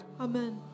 Amen